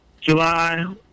july